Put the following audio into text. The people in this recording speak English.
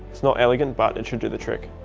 it's not elegant but it should do the trick.